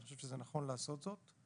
ואני חושב שזה נכון לעשות זאת.